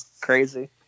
crazy